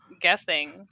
guessing